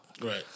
Right